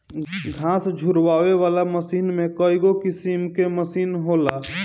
घास झुरवावे वाला मशीन में कईगो किसिम कअ मशीन होला